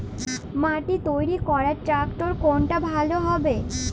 মাটি তৈরি করার ট্রাক্টর কোনটা ভালো হবে?